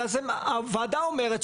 ואז הוועדה אומרת,